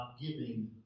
giving